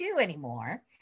anymore